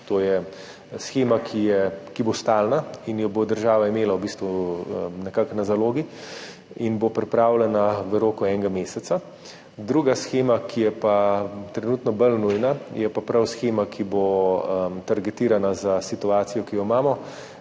To je shema, ki bo stalna in jo bo država imela v bistvu nekako na zalogi in bo pripravljena v roku enega meseca. Druga shema, ki je pa trenutno bolj nujna, je pa prav shema, ki bo targetirana za situacijo, ki jo imamo,